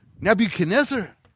Nebuchadnezzar